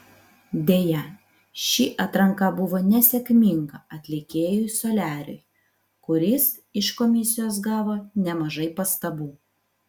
deja ši atranka buvo nesėkminga atlikėjui soliariui kuris iš komisijos gavo nemažai pastabų